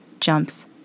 jumps